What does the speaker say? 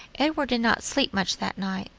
edward did not sleep much that night.